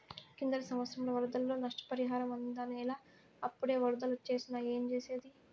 కిందటి సంవత్సరం వరదల్లో నష్టపరిహారం అందనేలా, అప్పుడే ఒరదలొచ్చేసినాయి ఏంజేసేది